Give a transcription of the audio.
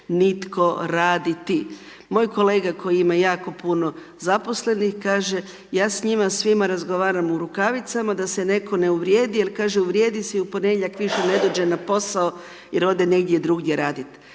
nitko raditi. Moj kolega koji ima jako puno zaposlenih kaže, ja s njima svima razgovaram u rukavicama, da se netko ne uvrijedi, jer kaže uvrijedi se i u ponedjeljak više ne dođe na posao jer ode negdje drugdje radit.